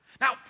Now